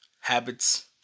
habits